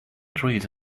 trees